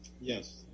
Yes